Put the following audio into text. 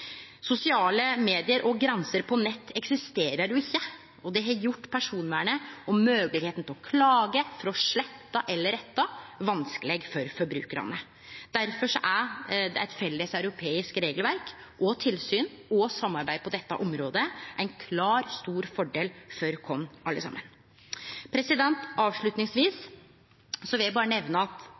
Sosiale medium og grenser på nett eksisterer jo ikkje, og det har gjort personvernet og moglegheita til å klage for å slette eller rette vanskeleg for forbrukarane. Difor er eit felles europeisk regelverk, tilsyn og samarbeid på dette området ein stor fordel for oss alle saman. Avslutningsvis vil eg berre nemne at